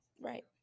Right